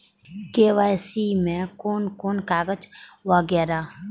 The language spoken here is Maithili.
के.वाई.सी में कोन कोन कागज वगैरा?